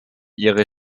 ihre